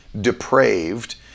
depraved